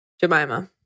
Jemima